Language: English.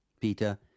Peter